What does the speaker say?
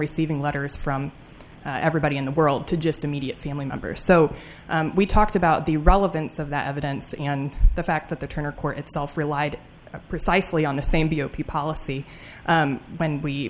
receiving letters from everybody in the world to just immediate family member so we talked about the relevance of that evidence and the fact that the turner court itself relied precisely on the same b o p policy when we